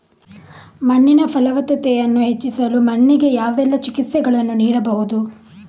ಮಣ್ಣಿನ ಫಲವತ್ತತೆಯನ್ನು ಹೆಚ್ಚಿಸಲು ಮಣ್ಣಿಗೆ ಯಾವೆಲ್ಲಾ ಚಿಕಿತ್ಸೆಗಳನ್ನು ನೀಡಬಹುದು?